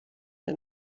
der